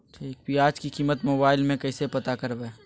प्याज की कीमत मोबाइल में कैसे पता करबै?